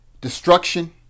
Destruction